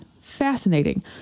Fascinating